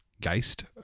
Geist